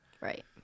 right